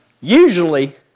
usually